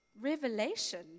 revelation